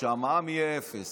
שהמע"מ יהיה אפס.